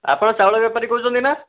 ଆପଣ ଚାଉଳ ବେପାରୀ କହୁଛନ୍ତି ନା